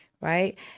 Right